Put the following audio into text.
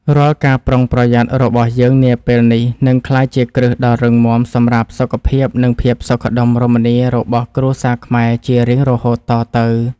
រាល់ការប្រុងប្រយ័ត្នរបស់យើងនាពេលនេះនឹងក្លាយជាគ្រឹះដ៏រឹងមាំសម្រាប់សុខភាព និងភាពសុខដុមរមនារបស់គ្រួសារខ្មែរជារៀងរហូតតទៅ។